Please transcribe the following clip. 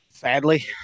Sadly